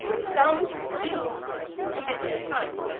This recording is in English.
some do commit new crimes,